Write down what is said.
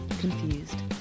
Confused